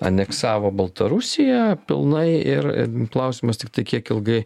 aneksavo baltarusiją pilnai ir klausimas tiktai kiek ilgai